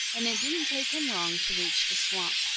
and it didn't take him long to reach the swamp.